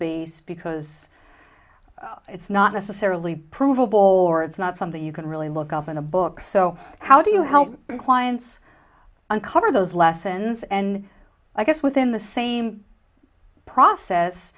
base because it's not necessarily provable or it's not something you can really look up in a book so how do you help clients uncover those lessons and i guess within the same process